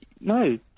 No